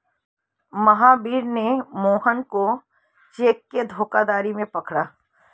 महावीर ने मोहन को चेक के धोखाधड़ी में पकड़ा